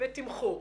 בתמחור.